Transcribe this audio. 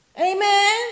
Amen